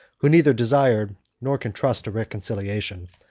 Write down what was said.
who neither desired nor could trust a reconciliation.